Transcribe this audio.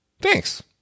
Thanks